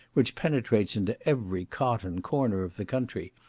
which penetrates into every cot and corner of the country,